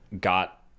got